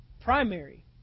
Primary